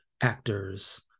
actors